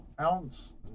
ounce